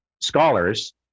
scholars